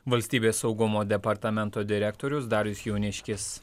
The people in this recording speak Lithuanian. valstybės saugumo departamento direktorius darius jauniškis